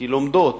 כי לומדות,